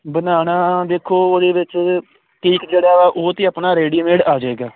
ਬਣਾਉਣਾ ਵੇਖੋ ਉਹਦੇ ਵਿੱਚ ਕੇਕ ਜਿਹੜਾ ਉਹ ਤੇ ਆਪਣਾ ਰੇਡੀਮੇਡ ਆ ਜਾਏਗਾ